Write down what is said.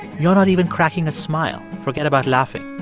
you're not even cracking a smile. forget about laughing.